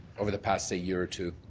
over the past, say, year or two?